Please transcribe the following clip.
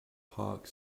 park